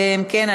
אם כן,